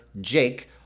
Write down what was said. Jake